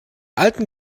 alten